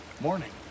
morning